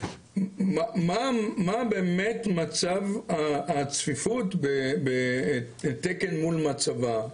מה באמת מצב הצפיפות בתקן מול מצבה.